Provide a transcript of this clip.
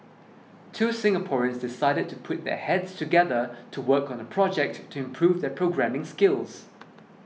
two Singaporeans decided to put their heads together to work on a project to improve their programming skills